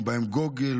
ובהם גוגל,